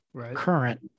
current